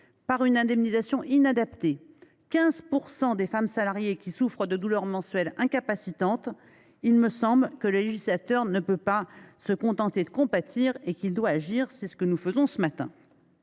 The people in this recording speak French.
par une indemnisation inadaptée, 15 % des femmes salariées qui souffrent de douleurs menstruelles incapacitantes, il me semble que le législateur ne peut se contenter de compatir et qu’il doit agir. C’est ce que nous faisons ce matin.